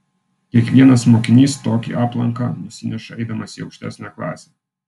kiekvienas mokinys tokį aplanką nusineša eidamas į aukštesnę klasę